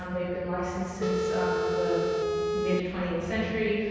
um they've been licensed since the mid twentieth century.